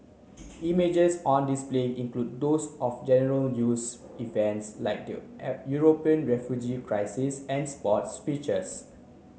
images on display include those of general news events like the European refugee crisis and sports features